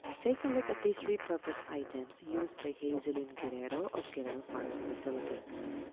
take a look at these repurposed items used by hazelyn guerrero of guerrero farms in the philippines.